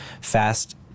Fast